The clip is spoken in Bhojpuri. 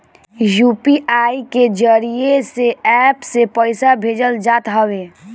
यू.पी.आई के जरिया से एप्प से पईसा भेजल जात हवे